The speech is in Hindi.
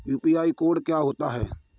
यू.पी.आई कोड क्या होता है?